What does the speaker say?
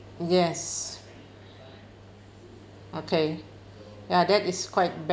yes okay ya that is quite bad